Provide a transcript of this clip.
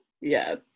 Yes